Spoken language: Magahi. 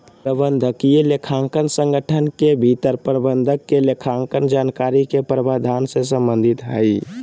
प्रबंधकीय लेखांकन संगठन के भीतर प्रबंधक के लेखांकन जानकारी के प्रावधान से संबंधित हइ